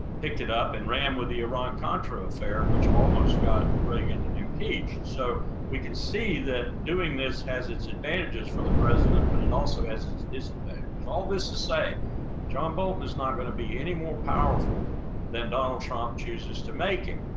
picked it up and ran with the iran-contra affair, which almost got reagan impeached. so we could see that doing this has its advantages for the president, but it also has its disadvantages. all this to say john bolton is not going to be any more powerful than donald trump chooses to make him.